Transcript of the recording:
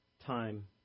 time